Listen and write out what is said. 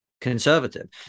conservative